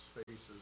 spaces